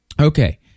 Okay